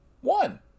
One